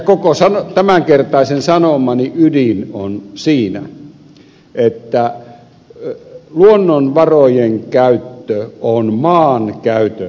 koko tämänkertaisen sanomani ydin on siinä että luonnonvarojen käyttö on maankäytöllinen kysymys